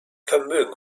vermögen